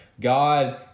God